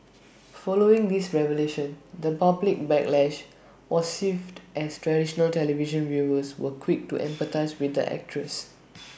following these revelations the public backlash was swift as traditional television viewers were quick to empathise with the actress